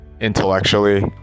intellectually